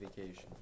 vacation